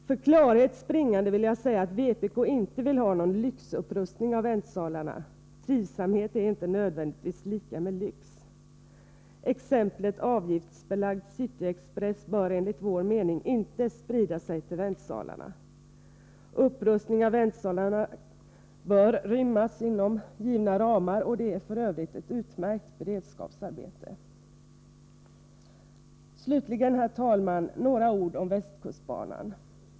För klarhets bringande vill jag säga att vpk inte vill ha någon lyxupprust ning av väntsalarna — trivsamhet är inte nödvändigtvis lika med lyx. Exemplet avgiftsbelagd Cityexpress bör enligt vår mening inte sprida sig till väntsalarna. En upprustning av väntsalarna bör rymmas inom givna ramar och är f. ö. ett utmärkt beredskapsarbete. Slutligen, herr talman, några ord om västkustbanan.